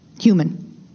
Human